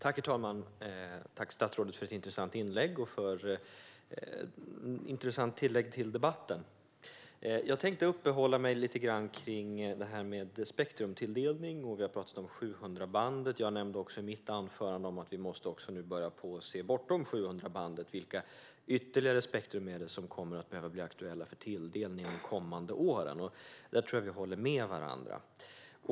Herr talman! Jag tackar statsrådet för ett intressant inlägg och ett intressant tillägg till debatten. Jag tänkte uppehålla mig lite grann vid spektrumtilldelningen. Vi har talat om 700-bandet, och jag nämnde i mitt anförande att vi nu också måste börja se bortom 700-bandet och titta på vilka ytterligare spektrum som kommer att behöva bli aktuella för tilldelning under de kommande åren. Där tror jag att vi håller med varandra.